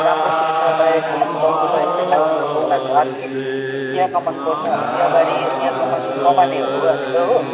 राम्रो शिक्षा पाएको पाउनु सकेको छैन अब उनीहरूको आर्थिक चिया कमान पर्छ हाम्रो चियाबारी चिया कमान कमानेहरू हो हामी त हो